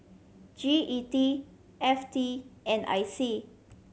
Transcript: G E D F T and I C